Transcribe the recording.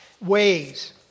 ways